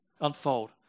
unfold